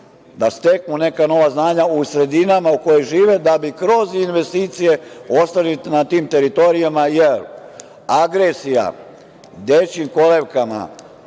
da steknu neka nova znanja u sredinama u koje žive da bi kroz investicije ostali na tim teritorijama, jer agresija dečijim kolevkama